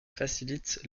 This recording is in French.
facilite